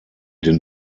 den